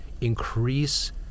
increase